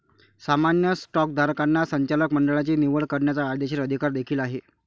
सामान्य स्टॉकधारकांना संचालक मंडळाची निवड करण्याचा कायदेशीर अधिकार देखील आहे